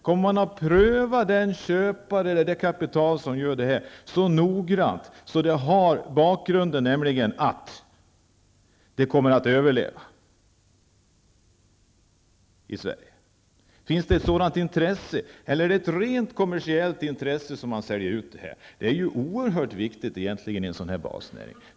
Kommer man att pröva köparen så noggrant att företaget kan överleva i Sverige? Finns det ett sådant intresse? Eller är det av rent kommersiellt intresse som man gör utförsäljningen? Det är oerhört viktigt för en sådan här basnäring.